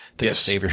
Yes